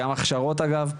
גם הכשרות אגב,